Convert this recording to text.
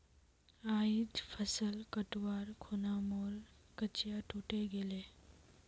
आइज फसल कटवार खूना मोर कचिया टूटे गेले